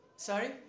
sorry